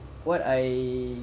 what I